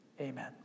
Amen